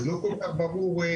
לא כל כך ברור.